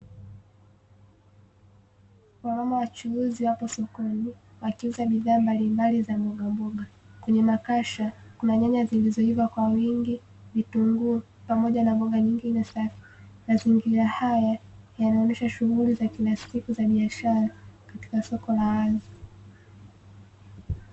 Wamama wa chuuzi wapo sokoni wakiuza bidhaa mbalimbali za mbogamboga kwenye makasha Kuna nyanya nyingi zilizoiva kwa wingi , vitunguu na pamoja na mboga nyingine safi . Mazingira haya yanaonesha shunguli za kila siku za biashara katika soko la waza.